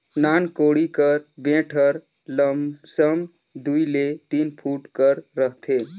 नान कोड़ी कर बेठ हर लमसम दूई ले तीन फुट कर रहथे